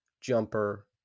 jumper